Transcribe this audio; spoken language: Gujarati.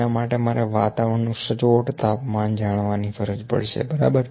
તેના માટે મારે વાતાવરણનું સચોટ તાપમાન જાણવાની ફરજ પડશે બરાબર